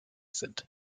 sind